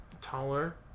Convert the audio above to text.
taller